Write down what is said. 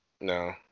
No